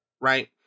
right